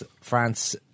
France